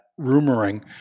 Rumoring